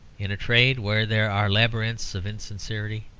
in a trade where there are labyrinths of insincerity,